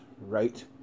right